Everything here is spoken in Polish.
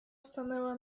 stanęła